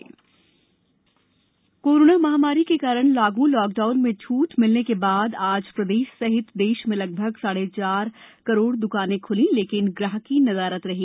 द्कानें ख्ली कोरोना महामारी के कारण लागू लाकडाउन में छूट मिलने के बाद आज प्रदेश सहित देश में लगभग साढ़े चार करोड़ द्कानें खली लेकिन ग्राहकी नदारद रही